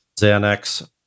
Xanax